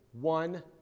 one